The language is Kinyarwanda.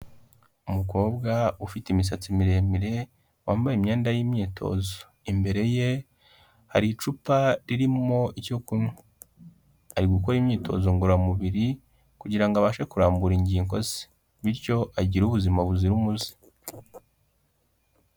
Umukobwa ufite imisatsi miremire wambaye imyenda y'imyitozo. Imbere ye hari icupa ririmo icyo kunywa, ari gukora imyitozo ngororamubiri kugira ngo abashe kurambura ingingo ze, bityo agire ubuzima buzira umuze.